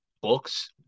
books